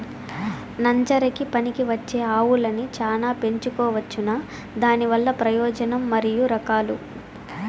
నంజరకి పనికివచ్చే ఆవులని చానా పెంచుకోవచ్చునా? దానివల్ల ప్రయోజనం మరియు రకాలు?